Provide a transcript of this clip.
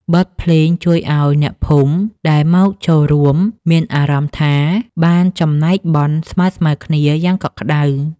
បទភ្លេងជួយឱ្យអ្នកភូមិដែលមកចូលរួម មានអារម្មណ៍ថាបានចំណែកបុណ្យស្មើៗគ្នាយ៉ាងកក់ក្តៅ។